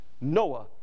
Noah